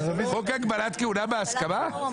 חוק הגבלת כהונה בהסכמה?